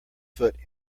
foot